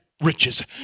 riches